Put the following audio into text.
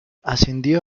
ascendió